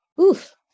Oof